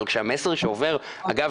אבל כשהמסר שעובר אגב,